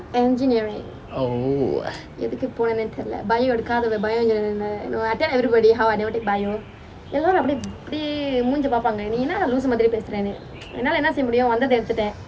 oh